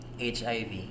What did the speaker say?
HIV